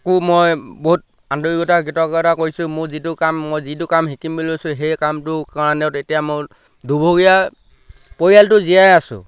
একো মই বহুত আন্তৰিকতা কৃতজ্ঞতা কৰিছোঁ মোৰ যিটো কাম মই যিটো কাম শিকিম বুলি লৈছোঁ সেই কামটোৰ কাৰণেত এতিয়া মই দুৰ্ভগীয়া পৰিয়ালটো জীয়াই আছো